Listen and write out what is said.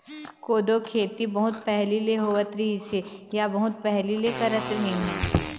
कोदो खेती बहुत पहिली ले होवत रिहिस हे या बहुत पहिली ले करत रिहिन हे